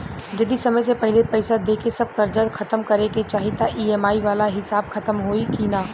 जदी समय से पहिले पईसा देके सब कर्जा खतम करे के चाही त ई.एम.आई वाला हिसाब खतम होइकी ना?